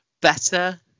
better